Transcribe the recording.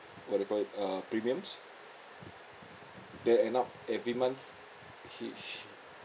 what do you call it uh premiums then end up every month he sh~